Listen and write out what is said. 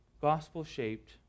gospel-shaped